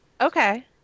Okay